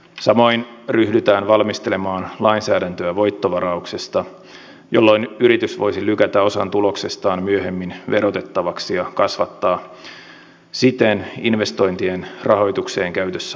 samoin ryhdytään valmistelemaan lainsäädäntöä voittovarauksesta jolloin yritys voisi lykätä osan tuloksestaan myöhemmin verotettavaksi ja kasvattaa siten investointien rahoitukseen käytössä olevaa nettotuloa